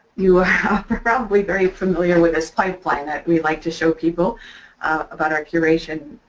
you are probably very familiar with this pipeline that we like to show people about our curation